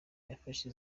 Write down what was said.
yafashe